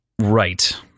right